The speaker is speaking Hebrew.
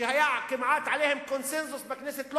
שהיה עליהם כמעט קונסנזוס בכנסת,